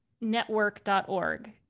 network.org